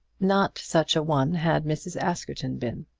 not such a one had mrs. askerton been.